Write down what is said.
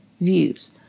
views